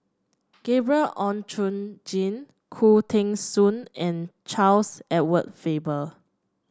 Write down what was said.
Gabriel Oon Chong Jin Khoo Teng Soon and Charles Edward Faber